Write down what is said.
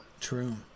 true